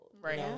right